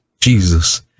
Jesus